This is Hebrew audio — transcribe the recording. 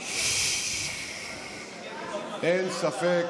אין ספק